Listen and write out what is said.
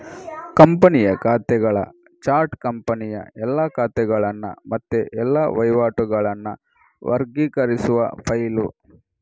ಕಂಪನಿಯ ಖಾತೆಗಳ ಚಾರ್ಟ್ ಕಂಪನಿಯ ಎಲ್ಲಾ ಖಾತೆಗಳನ್ನ ಮತ್ತೆ ಎಲ್ಲಾ ವಹಿವಾಟುಗಳನ್ನ ವರ್ಗೀಕರಿಸುವ ಫೈಲು